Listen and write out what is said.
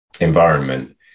environment